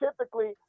typically